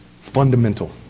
fundamental